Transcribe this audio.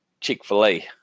Chick-fil-A